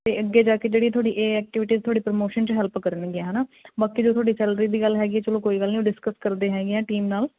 ਅਤੇ ਅੱਗੇ ਜਾ ਕੇ ਜਿਹੜੀ ਤੁਹਾਡੀ ਇਹ ਐਕਟੀਵਿਟੀ ਤੁਹਾਡੀ ਪ੍ਰਮੋਸ਼ਨ 'ਚ ਹੈਲਪ ਕਰਨਗੇ ਹੈ ਨਾ ਬਾਕੀ ਜੋ ਤੁਹਾਡੀ ਸੈਲਰੀ ਦੀ ਗੱਲ ਹੈਗੀ ਚੱਲੋ ਕੋਈ ਗੱਲ ਨਹੀਂ ਡਿਸਕਸ ਕਰਦੇ ਹੈਗੇ ਆ ਟੀਮ ਨਾਲ